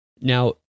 Now